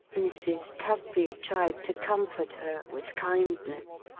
mrs. tugby tried to comfort her with kindness.